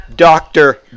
Doctor